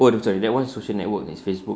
oh sorry that one social network is Facebook